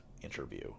interview